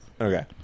Okay